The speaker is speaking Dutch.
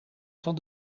van